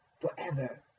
forever